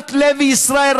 ליפעת לוי ישראל,